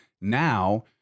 Now